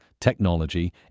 technology